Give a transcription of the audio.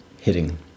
hitting